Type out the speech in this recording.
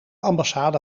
ambassade